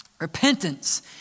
Repentance